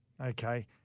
okay